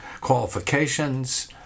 qualifications